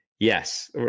Yes